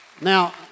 Now